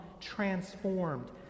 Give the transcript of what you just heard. transformed